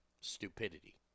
Stupidity